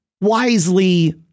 wisely